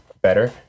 better